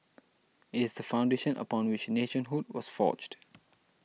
it is the foundation upon which nationhood was forged